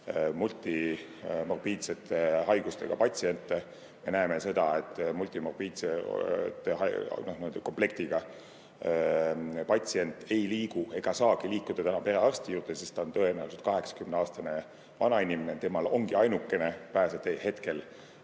multimorbiidsete haigustega patsiente. Me näeme seda, et multimorbiidse nii-öelda komplektiga patsient ei liigu ega saagi liikuda täna perearsti juurde, sest ta on tõenäoliselt 80‑aastane vanainimene, temal ongi ainuke pääsetee hetkel